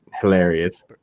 hilarious